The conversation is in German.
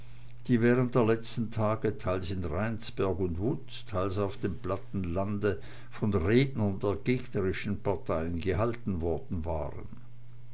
die während der letzten tage teils in rheinsberg und wutz teils auf dem platten lande von rednern der gegnerischen parteien gehalten worden waren